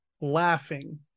laughing